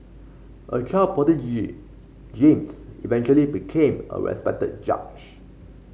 a child prodigy James eventually became a respected judge